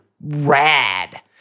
rad